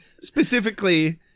Specifically